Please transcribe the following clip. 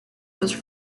was